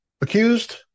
accused